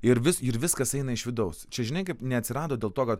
ir vis ir viskas eina iš vidaus čia žinai kaip neatsirado dėl to kad